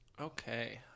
Okay